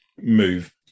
move